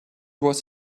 was